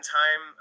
time